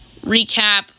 recap